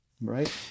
Right